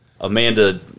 Amanda